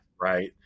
Right